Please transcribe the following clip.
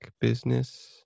business